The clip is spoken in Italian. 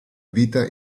vita